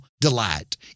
delight